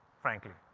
frankly,